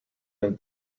than